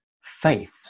faith